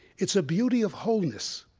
it's a beauty of wholeness.